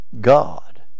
God